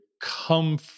come